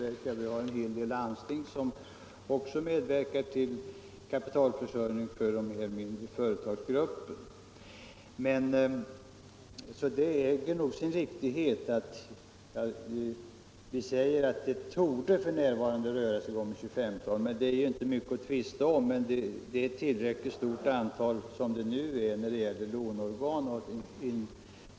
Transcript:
En hel del landsting medverkar till kapitalförsörjningen för mindre företagsgrupper. I motionen sägs att det torde röra sig om ett 25-tal institut och myndigheter, men det är kanske inte så mycket att tvista om. Det finns emellertid redan nu ett tillräckligt stort antal låneorgan.